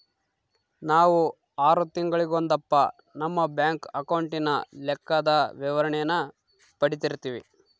ನಾವು ಆರು ತಿಂಗಳಿಗೊಂದಪ್ಪ ನಮ್ಮ ಬ್ಯಾಂಕ್ ಅಕೌಂಟಿನ ಲೆಕ್ಕದ ವಿವರಣೇನ ಪಡೀತಿರ್ತೀವಿ